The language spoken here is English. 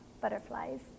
butterflies